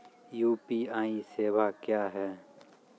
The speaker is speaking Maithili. यु.पी.आई सेवा क्या हैं?